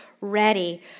ready